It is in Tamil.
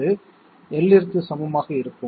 இது L ற்கு சமமாக இருக்கும்